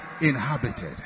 inhabited